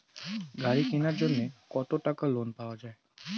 গাড়ি কিনার জন্যে কতো টাকা লোন পাওয়া য়ায়?